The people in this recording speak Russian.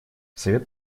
совет